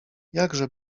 jakże